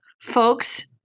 folks